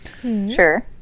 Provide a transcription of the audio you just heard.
Sure